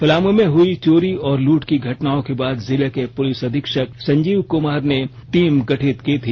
पलामू में हुई चोरी और लूट की घटनाओं के बाद जिले के पुलिस अधीक्षक संजीव कुमार ने टीम गठित की थी